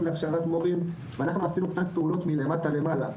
להכשרת מורים ואנחנו עשינו קצת פעולות מלמטה למעלה,